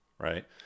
right